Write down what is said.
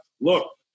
look